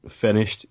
finished